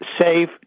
safe